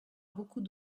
beaucoup